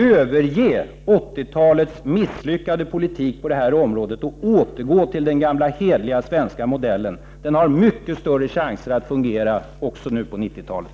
Överge 80-talets misslyckade politik på detta område och återgå till den gamla hederliga svenska modellen! Den har mycket större chanser att fungera också nu på 90-talet.